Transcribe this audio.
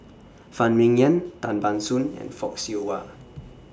Phan Ming Yen Tan Ban Soon and Fock Siew Wah